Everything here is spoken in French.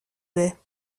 baies